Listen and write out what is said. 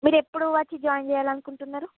మీరు ఎప్పుడు వచ్చి జాయిన్ చేయాలనుకుంటున్నారు